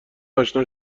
آشنا